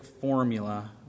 formula